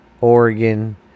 Oregon